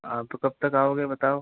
हाँ तो कब तक आओगे बताओ